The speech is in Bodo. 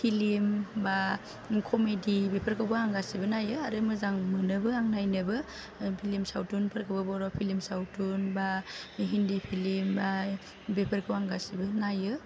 फिलिम बा कमिदि बेफोरखौबो आं गासिबो नायो आरो मोजां मोनोबो आं नायनोबो फ्लिम सावनथुनफोरखौबो बर' फ्लिम सावथुन बा हिन्दि फ्लिम बा बेफोरखौ आं गासैबो नायो